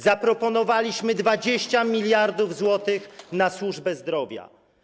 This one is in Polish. Zaproponowaliśmy 20 mld zł na służbę zdrowia.